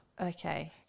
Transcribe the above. Okay